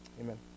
amen